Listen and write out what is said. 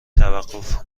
توقف